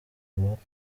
twubake